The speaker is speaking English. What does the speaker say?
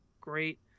great